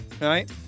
right